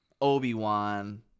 obi-wan